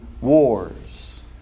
wars